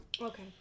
Okay